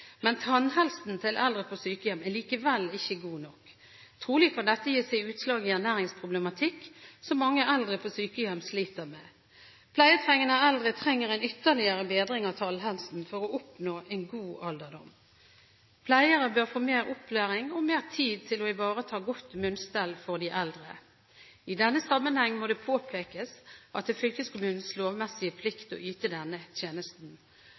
Men tannhelsen til eldre på sykehjem er likevel ikke god nok. Trolig kan dette gi seg utslag i ernæringsproblematikk, som mange eldre på sykehjem sliter med. Pleietrengende eldre trenger en ytterligere bedring av tannhelsen for å oppnå en god alderdom. Pleiere bør få mer opplæring og mer tid til å ivareta godt munnstell for de eldre. I denne sammenheng må det påpekes at det er fylkeskommunens lovmessige plikt å yte denne tjenesten.